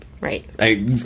Right